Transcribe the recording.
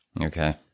Okay